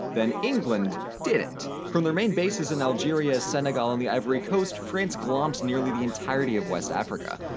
then england didn't! from their main bases in algeria, senegal, and the ivory coast, france klomps nearly the entirety of west africa.